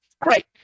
Great